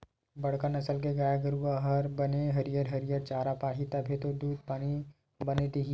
बड़का नसल के गाय गरूवा हर बने हरियर हरियर चारा पाही तभे तो दूद पानी बने दिही